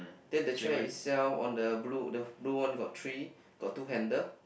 then the chair itself on the blue the blue one got three got two handle